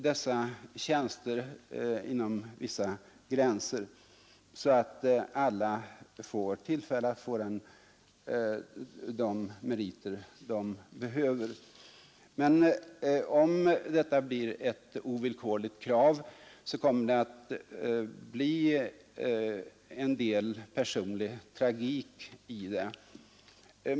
Det är inom vissa gränser, så att alla har tillfälle att få de meriter de behöver. Men om detta ställs upp som ett ovillkorligt krav kommer det att bli en del personlig tragik i det.